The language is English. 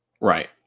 right